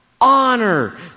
honor